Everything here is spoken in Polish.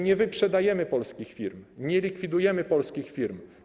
Nie wyprzedajemy polskich firm, nie likwidujemy polskich firm.